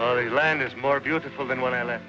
in the land is more beautiful than when i left